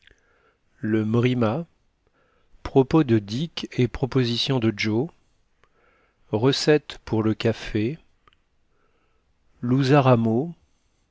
mrima propos de dick et proposition de joe recette pour le café